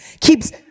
keeps